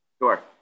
Sure